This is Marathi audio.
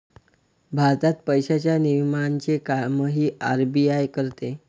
भारतात पैशांच्या नियमनाचे कामही आर.बी.आय करते